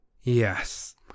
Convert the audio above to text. Yes